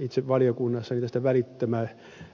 itse valiokunnassakin tätä